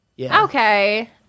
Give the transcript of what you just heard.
Okay